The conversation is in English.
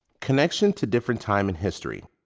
connection to different time in history.